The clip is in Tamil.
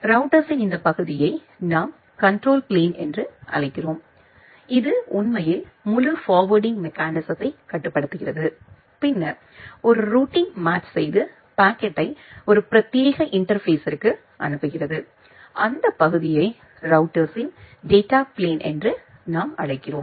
ரௌட்டர்ஸ்ஸின் இந்த பகுதியை நாம் கண்ட்ரோல் பிளேன் என்று அழைக்கிறோம் இது உண்மையில் முழு ஃபார்வேர்டிங் மெக்கானிசத்தை கட்டுப்படுத்துகிறது பின்னர் ஒரு ரூட்டிங் மேட்ச் செய்து பாக்கெட்டை ஒரு பிரத்யேக இன்டர்பேஸ்ஸிர்க்கு அனுப்புகிறது அந்த பகுதியை ரௌட்டர்ஸ்ஸின் டேட்டா பிளேன் நாம் அழைக்கிறோம்